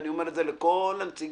ואני אומר את זה לכל הנציגים